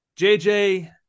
JJ